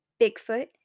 Bigfoot